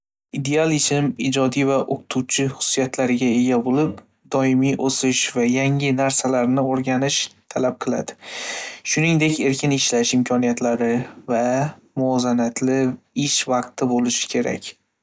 Ideal ishim ijodiy va o‘qituvchi xususiyatlarga ega bo‘lib, doimiy o‘sish va yangi narsalarni o‘rganishni talab qiladi. Shuningdek, erkin ishlash imkoniyatlari va muvozanatli ish vaqti bo‘lishi kerak.